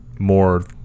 more